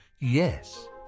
yes